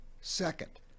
Second